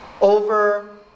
over